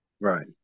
Right